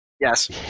yes